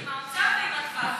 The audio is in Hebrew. עם האוצר ועם "מרכז אדוה".